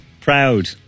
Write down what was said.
proud